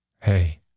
Hey